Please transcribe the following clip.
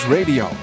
Radio